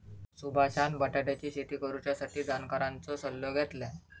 सुभाषान बटाट्याची शेती करुच्यासाठी जाणकारांचो सल्लो घेतल्यान